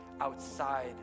outside